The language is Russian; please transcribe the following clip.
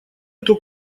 эту